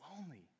lonely